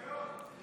ביזיון.